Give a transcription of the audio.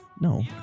No